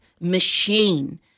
machine